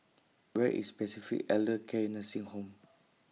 Where IS Pacific Elder Care Nursing Home